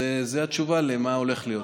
זו התשובה למה הולך להיות.